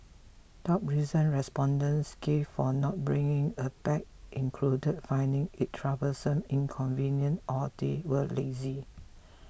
top reasons respondents gave for not bringing a bag included finding it troublesome inconvenient or they were lazy